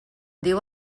diu